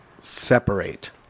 Separate